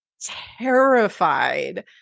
terrified